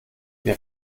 wir